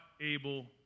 able